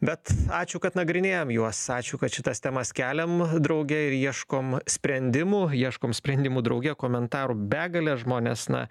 bet ačiū kad nagrinėjam juos ačiū kad šitas temas keliam drauge ir ieškom sprendimų ieškom sprendimų drauge komentarų begalė žmonės na